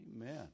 Amen